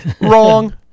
Wrong